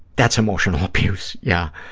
that's emotional abuse, yeah.